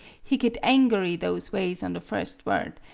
he git angery those ways on the first word,